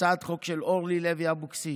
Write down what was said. הצעת חוק של אורלי לוי אבקסיס,